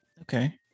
Okay